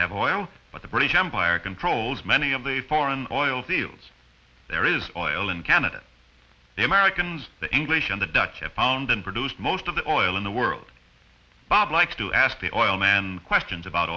have oil but the british empire controls many of the foreign oil fields there is oil in canada the americans the english and the dutch have found and produced most of the oil in the world bob like to ask the oil man questions about